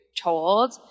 told